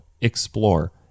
Explore